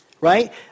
right